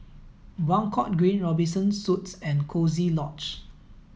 Buangkok Green Robinson Suites and Coziee Lodge